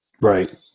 Right